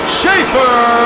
Schaefer